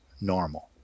normal